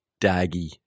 daggy